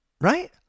Right